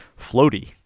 floaty